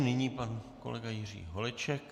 Nyní pan kolega Jiří Holeček.